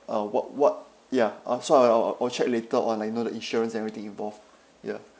uh what what ya oh sorry I'll I'll check later on like you know the insurance everything involved ya